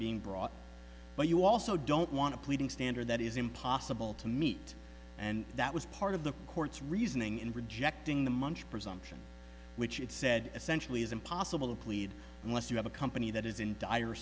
being brought but you also don't want to pleading standard that is impossible to meet and that was part of the court's reasoning in rejecting the munge presumption which it said essentially is impossible to plead unless you have a company that is in dire